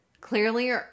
clearly